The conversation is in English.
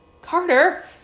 Carter